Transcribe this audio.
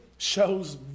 shows